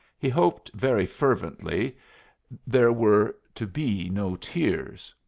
he hoped very fervently there were to be no tears.